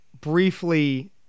briefly